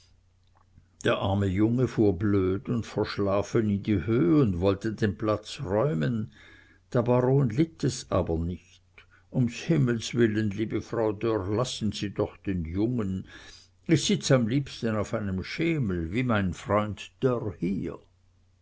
der arme junge fuhr blöd und verschlafen in die höh und wollte den platz räumen der baron litt es aber nicht um s himmels willen liebe frau dörr lassen sie doch den jungen ich sitz am liebsten auf einem schemel wie mein freund dörr hier